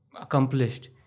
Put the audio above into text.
accomplished